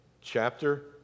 chapter